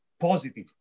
positive